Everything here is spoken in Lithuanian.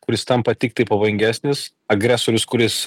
kuris tampa tiktai pavojingesnis agresorius kuris